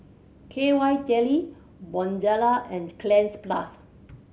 K Y Jelly Bonjela and Cleanz Plus